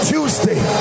Tuesday